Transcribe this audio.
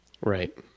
Right